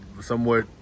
somewhat